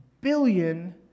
billion